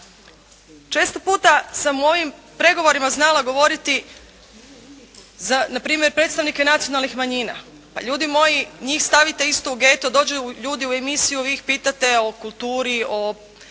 Često puta sam u ovim pregovorima znala govoriti, za npr. predstavnike nacionalnih manjina. Pa ljudi moji, njih stavite isto u geto, dođu ljudi u emisiju, vi ih pitate o kulturi, o